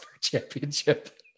championship